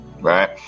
right